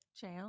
Jail